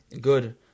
good